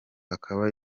akaba